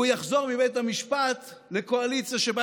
והוא יחזור מבית המשפט לקואליציה שבה